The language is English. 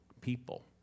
people